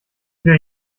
will